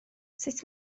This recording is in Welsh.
sut